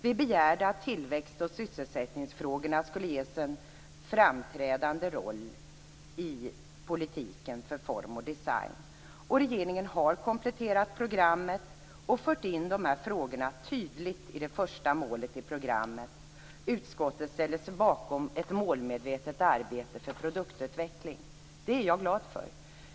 Vi begärde att tillväxt och sysselsättningsfrågorna skulle ges en framträdande roll i politiken för form och design. Regeringen har kompletterat programmet och tydligt fört in dessa frågor i det första målet i programmet. Utskottet ställer sig bakom ett målmedvetet arbete för produktutveckling. Det är jag glad för.